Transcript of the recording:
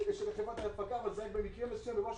שאדם שנפגע בתאונת דרכים מקבל את הפיצוי.